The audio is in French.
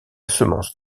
semence